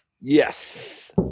Yes